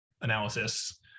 analysis